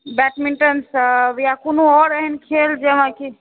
badminton सभ या कोनो आओर एहन खेल जे अहाँ किछ